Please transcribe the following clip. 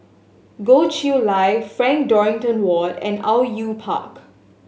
Goh Chiew Lye Frank Dorrington Ward and Au Yue Pak